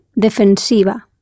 defensiva